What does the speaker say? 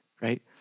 right